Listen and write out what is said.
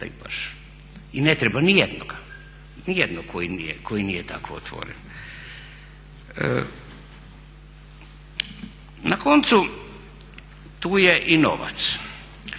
nijednoga, nijednog koji nije tako otvoren. Na koncu, tu je i novac.